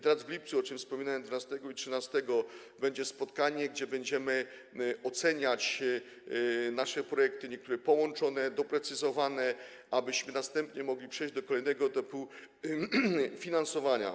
Teraz w lipcu, o czym wspominałem, 11 i 13 lipca odbędzie się spotkanie, na którym będziemy oceniać nasze projekty, niektóre połączone, doprecyzowane, abyśmy następnie mogli przejść do kolejnego etapu finansowania.